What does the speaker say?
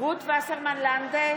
רות וסרמן לנדה,